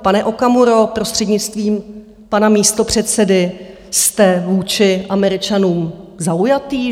Pane Okamuro, prostřednictvím pana místopředsedy, jste vůči Američanům zaujatý?